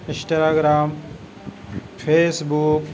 اسٹرا gram face بک